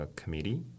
committee